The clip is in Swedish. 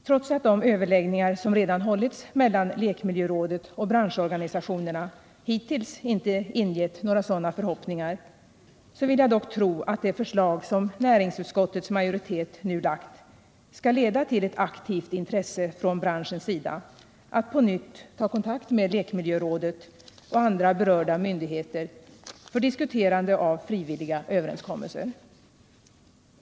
Trots att de överläggningar som redan hållits mellan lekmiljörådet och branschorganisationerna 63 hittills inte ingett några sådana förhoppningar, vill jag dock tro att det förslag som näringsutskottets majoritet nu lagt fram skall leda till ett aktivt intresse från branschens sida att på nytt ta kontakt med lekmiljörådet och andra berörda myndigheter för diskussion och frivilliga överenskommelser.